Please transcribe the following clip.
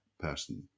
person